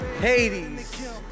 Hades